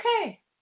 okay